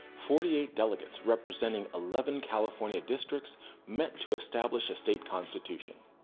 forty eight delegates representing eleven california districts met to establish a state constitution.